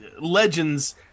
Legends